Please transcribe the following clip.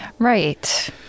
Right